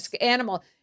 animal